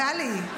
טלי.